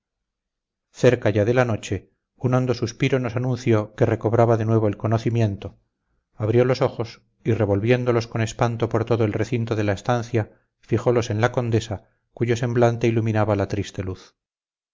cerca ya de la noche un hondo suspiro nos anunció que recobraba de nuevo el conocimiento abrió los ojos y revolviéndolos con espanto por todo el recinto de la estancia fijolos en la condesa cuyo semblante iluminaba la triste luz